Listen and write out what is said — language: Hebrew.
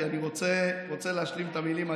כי אני רוצה להשלים את המילים.